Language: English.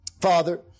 Father